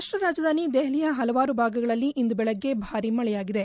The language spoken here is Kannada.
ರಾಷ್ಟ್ರ ರಾಜಧಾನಿ ದೆಹಲಿಯ ಹಲವಾರು ಭಾಗಗಳಲ್ಲಿ ಇಂದು ಬೆಳಗ್ಗೆ ಭಾರೀ ಮಳೆಯಾಗಿದೆ